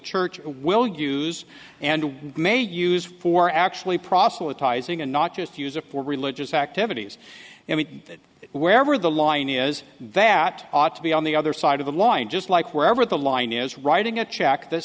church will use and may use for actually proselytizing and not just use it for religious activities and that wherever the line is that ought to be on the other side of the line just like wherever the line is writing a check th